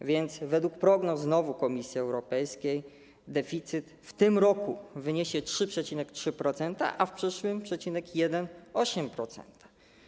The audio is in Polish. A więc według prognoz znowu Komisji Europejskiej deficyt w tym roku wyniesie 3,3%, a w przyszłym - 1,8%.